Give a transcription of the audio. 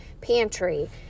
pantry